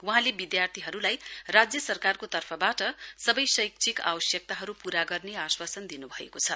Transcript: वहाँले विद्यार्थीहरूलाई राज्य सरकारको तर्फबाट सबै शैक्षिक आवश्यकताहरू पूरा गर्ने आश्वासन दिनुभएको छ